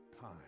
time